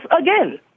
again